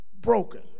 broken